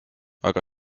aga